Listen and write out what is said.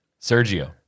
Sergio